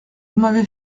m’avez